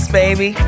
baby